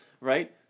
right